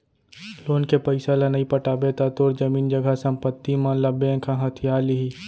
loan के पइसा ल नइ पटाबे त तोर जमीन जघा संपत्ति मन ल बेंक ह हथिया लिही